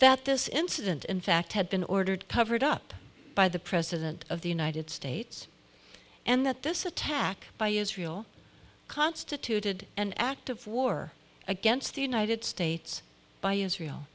that this incident in fact had been ordered covered up by the president of the united states and that this attack by israel constituted an act of war against the united states by israel